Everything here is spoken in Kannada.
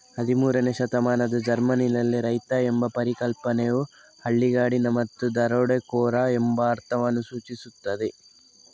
ಹದಿಮೂರನೇ ಶತಮಾನದ ಜರ್ಮನಿಯಲ್ಲಿ, ರೈತ ಎಂಬ ಪರಿಕಲ್ಪನೆಯು ಹಳ್ಳಿಗಾಡಿನ ಮತ್ತು ದರೋಡೆಕೋರ ಎಂಬ ಅರ್ಥವನ್ನು ಸೂಚಿಸುತ್ತದೆ